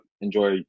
enjoy